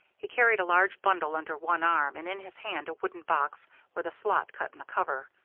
he carried a large bundle under one arm and in his hand a wooden box with a slot cut in the cover.